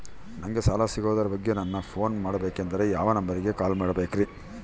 ನಂಗೆ ಸಾಲ ಸಿಗೋದರ ಬಗ್ಗೆ ನನ್ನ ಪೋನ್ ಮಾಡಬೇಕಂದರೆ ಯಾವ ನಂಬರಿಗೆ ಕಾಲ್ ಮಾಡಬೇಕ್ರಿ?